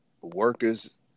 workers